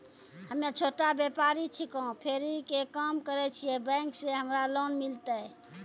हम्मे छोटा व्यपारी छिकौं, फेरी के काम करे छियै, बैंक से हमरा लोन मिलतै?